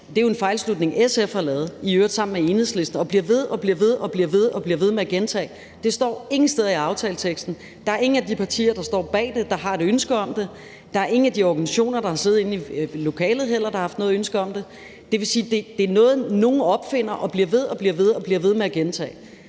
det her, jo er en fejlslutning, SF har lavet, i øvrigt sammen med Enhedslisten, og bliver ved og bliver ved med at gentage. Det står ingen steder i aftaleteksten. Der er ingen af de partier, der står bag det, som har et ønske om det. Der er heller ingen af de organisationer, der har siddet inde i lokalet, der har haft noget ønske om det. Det vil sige, at det er noget, nogen opfinder og bliver ved og bliver ved med at gentage.